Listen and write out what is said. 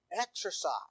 Exercise